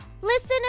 Listen